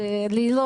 חשוב.